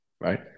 Right